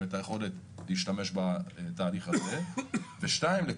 את היכולת להשתמש בתהליך הזה של החוגר.